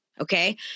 okay